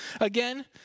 again